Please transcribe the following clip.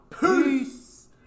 peace